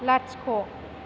लाथिख'